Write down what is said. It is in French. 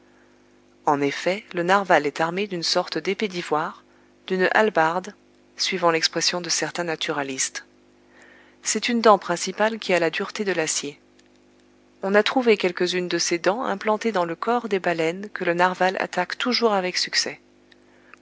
en effet le narwal est armé d'une sorte d'épée d'ivoire d'une hallebarde suivant l'expression de certains naturalistes c'est une dent principale qui a la dureté de l'acier on a trouvé quelques-unes de ces dents implantées dans le corps des baleines que le narwal attaque toujours avec succès